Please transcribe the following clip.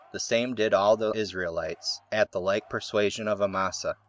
the same did all the israelites, at the like persuasion of amasa.